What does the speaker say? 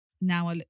now